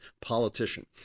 politician